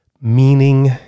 meaning